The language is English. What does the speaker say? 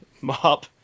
mop